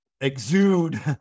exude